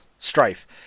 Strife